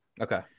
Okay